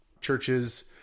churches